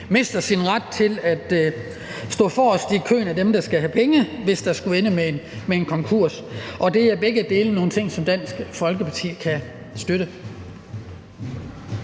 mister sin ret til at stå forrest i køen for dem, der skal have penge, hvis det skulle ende med en konkurs. Begge dele er nogle ting, som Dansk Folkeparti kan støtte.